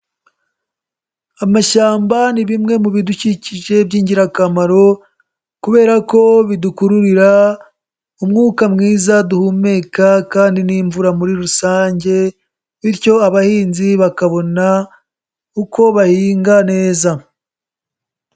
Amashyamba ni bimwe mubidukikije by'ingirakamaro kubera ko bidukururira umwuka mwiza duhumeka kandi n'imvura muri rusange bityo abahinzi bakabona uko bahinga neza.